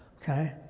Okay